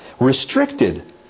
restricted